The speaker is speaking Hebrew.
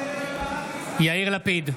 בעד יאיר לפיד,